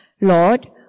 Lord